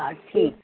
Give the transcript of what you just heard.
हा ठीकु